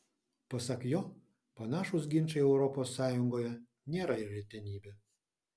pasak jo panašūs ginčai europos sąjungoje nėra retenybė